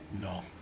No